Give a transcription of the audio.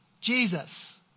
Jesus